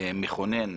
מכונן